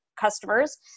customers